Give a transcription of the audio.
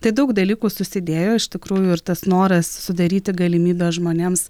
tai daug dalykų susidėjo iš tikrųjų ir tas noras sudaryti galimybę žmonėms